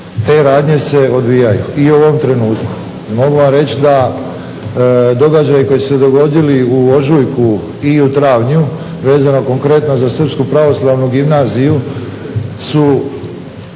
te radnje se odvijaju i u ovom trenutku. Mogu vam reći da događaji koji su se dogodili u ožujku i u travnju vezano konkretno za srpsku pravoslavnu gimnaziju su